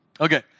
Okay